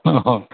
औ